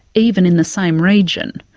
even in the same region.